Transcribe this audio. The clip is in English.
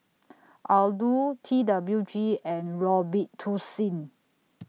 Aldo T W G and Robitussin